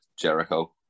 Jericho